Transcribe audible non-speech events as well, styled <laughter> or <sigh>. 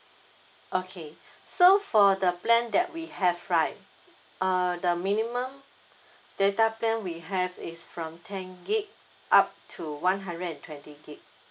okay <breath> so for the plan that we have right uh the minimum <breath> data plan we have is from ten gig up to one hundred and twenty gig